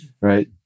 Right